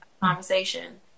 conversation